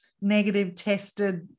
negative-tested